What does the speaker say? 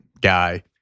guy